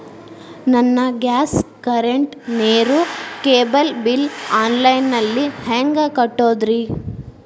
ನನ್ನ gas, current, ನೇರು, cable bill online ನಲ್ಲಿ ಹೆಂಗ್ ಕಟ್ಟೋದ್ರಿ?